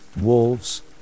wolves